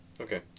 Okay